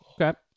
Okay